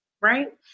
right